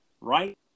right